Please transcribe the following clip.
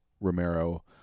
Romero